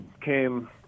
came